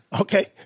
Okay